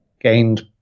gained